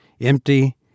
empty